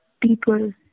people